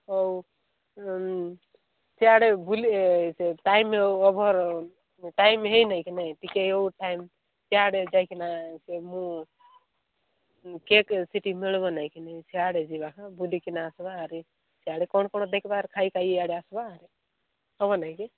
ହଉ ସେଆଡ଼େ ବୁଲି ସେ ଟାଇମ୍ ଓଭର୍ ଟାଇମ୍ ହେଇନାଇଁ କିି ନାଇଁ ଟିକେ ଏଉ ଟାଇମ୍ ସିଆଡ଼େ ଯାଇକିନା ସେ ମୁଁ କେକ୍ ସେଠି ମିଳିବ ନାଇଁକି ନାଇଁ ସିଆଡ଼େ ଯିବା ବୁଲିକିନା ଆସବା ଆରୁ ସିଆଡ଼େ କ'ଣ କ'ଣ ଦେଖବା ଖାଇ ଖାଇ ଇଆଡ଼େ ଆସବା ଆରେ ହବ ନାଇଁ କି